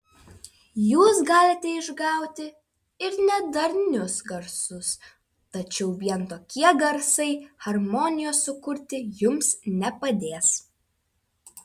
jūs galite išgauti ir nedarnius garsus tačiau vien tokie garsai harmonijos sukurti jums nepadės